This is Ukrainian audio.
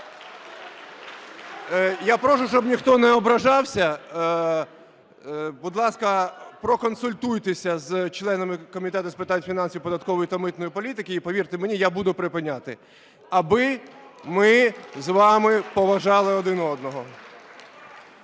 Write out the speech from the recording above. Я прошу, щоб ніхто не ображався. Будь ласка, проконсультуйтеся з членами Комітету з питань фінансів, податкової та митної політики і, повірте мені, я буду припиняти, аби ми з вами поважали один одного.